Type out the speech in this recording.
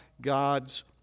God's